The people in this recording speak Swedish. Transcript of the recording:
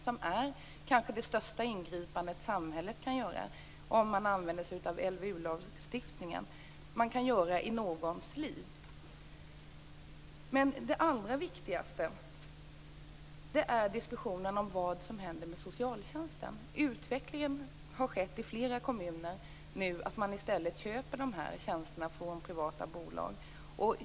Ett omhändertagande med stöd av LVU lagstiftningen är kanske det största ingripande som samhället kan göra i en människas liv. Det allra viktigaste är dock diskussionen om vad som händer med socialtjänsten. Utvecklingen i flera kommuner går nu mot att man i stället köper de här tjänsterna från privata bolag.